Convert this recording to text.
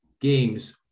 games